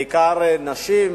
בעיקר נשים,